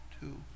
two